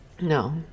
No